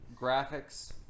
graphics